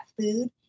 food